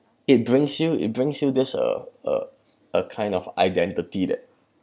it brings you it brings you this uh uh a kind of identity that